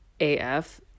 AF